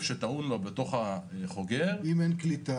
שטעון לו בתוך החוגר למקרה שאין קליטה,